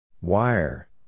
Wire